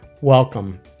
Welcome